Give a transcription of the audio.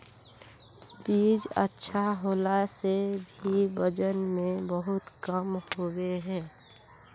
बीज अच्छा होला से भी वजन में बहुत कम होबे है?